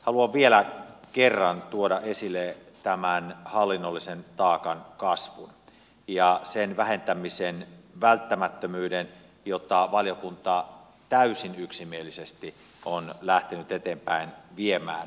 haluan vielä kerran tuoda esille tämän hallinnollisen taakan kasvun ja sen vähentämisen välttämättömyyden jota valiokunta täysin yksimielisesti on lähtenyt eteenpäin viemään